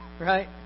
right